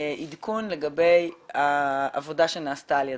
עדכון לגבי העבודה שנעשתה על ידכם.